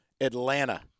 Atlanta